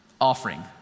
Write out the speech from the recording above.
offering